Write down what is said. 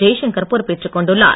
ஜெய்சங்கர் பொறுப்பேற்றுக் கொண்டுள்ளார்